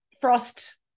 Frost